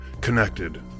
connected